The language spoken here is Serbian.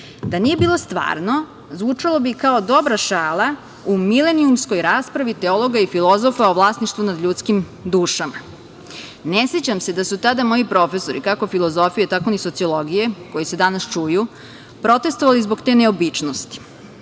Da nije bilo stvarno zvučalo bi kao dobra šala u milenijumskoj raspravi teologa i filozofa o vlasništvu nad ljudskim dušama. Ne sećam se da su tada moji profesori, kako filozofije, tako ni sociologije, koji se danas čuju, protestvovali zbog te neobičnosti. Da